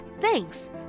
thanks